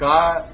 God